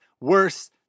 worse